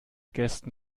gästen